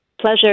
Pleasure